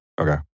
Okay